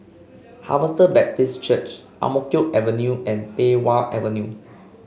Harvester Baptist Church Ang Mo Kio Avenue and Pei Wah Avenue